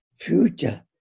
Future